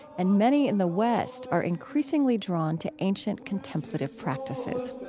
and many in the west are increasingly drawn to ancient contemplative practices